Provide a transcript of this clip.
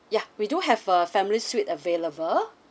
ya we do have a family suite available